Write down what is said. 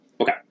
Okay